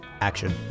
action